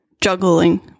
juggling